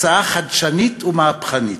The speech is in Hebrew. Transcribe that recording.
הצעה חדשנית ומהפכנית: